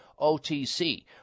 otc